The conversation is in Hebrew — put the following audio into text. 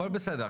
הכול בסדר,